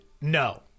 No